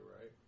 right